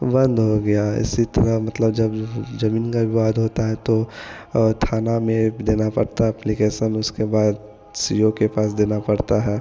बंद हो गया इसी तरह मतलब जब ज़मीन का विवाद होता है तो थाना में एक देना पड़ता है अप्लीकेसन उसके बाद सी ओ के पास देना पड़ता है